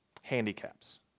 handicaps